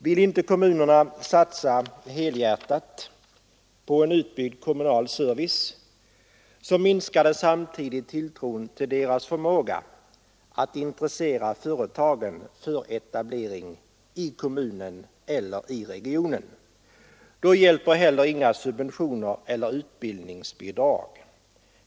Vill inte kommunerna satsa helhjärtat på en utbyggd kommunal service, minskar det samtidigt tilltron till deras förmåga att intressera företagen för etablering i kommunen eller i regionen. Då hjälper heller inga subventioner eller utbildningsbidrag.